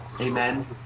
Amen